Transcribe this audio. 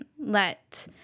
let